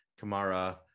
Kamara